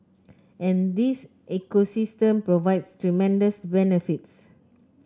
and this ecosystem provides tremendous benefits